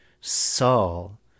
saul